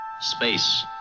Space